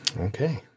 Okay